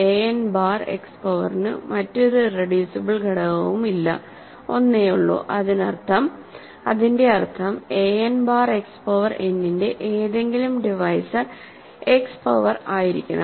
an bar x പവറിനു മറ്റൊരു irreducible ഘടകവുമില്ല ഒന്നേയുള്ളു അതിന്റെ അർത്ഥം an bar x power n ന്റെ ഏതെങ്കിലും ഡിവൈസർ എക്സ് പവർ ആയിരിക്കണം